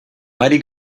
mighty